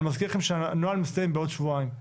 אני מזכיר לכם שהנוהל מסתיים בעוד שבועיים.